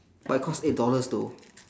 but it costs eight dollars though